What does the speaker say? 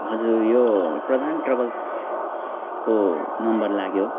हजुर यो प्रधान ट्राभल्सको नम्बर लाग्यो